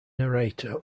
narrator